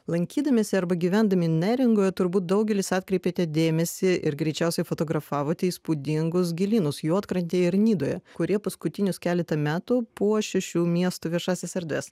lankydamiesi arba gyvendami neringoje turbūt daugelis atkreipėte dėmesį ir greičiausiai fotografavot įspūdingus gėlynus juodkrantėje ir nidoje kurie paskutinius keletą metų puošia šių miestų viešąsias erdves